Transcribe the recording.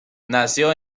nació